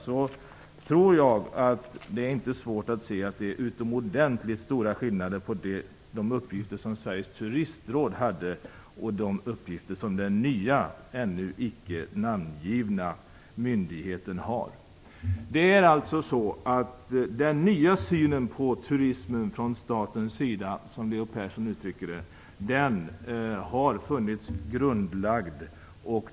Men jag tror inte att det är så svårt att se att det är utomordenligt stora skillnader mellan de uppgifter som Sveriges turistråd hade och de uppgifter som den nya, ännu icke namngivna myndigheten har. Den nya synen på turismen från statens sida, som Leo Persson uttrycker det, har funnits grundlagd sedan tidigare.